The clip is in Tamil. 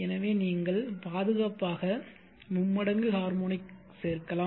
எனவே நீங்கள் பாதுகாப்பாக மும்மடங்கு ஹார்மோனிக் சேர்க்கலாம்